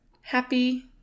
happy